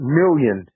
million